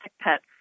pets